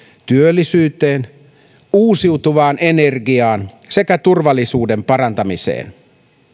työllisyyteen uusiutuvaan energiaan sekä turvallisuuden parantamiseen